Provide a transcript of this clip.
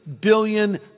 billion